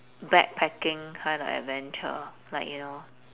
backpacking kind of adventure like you know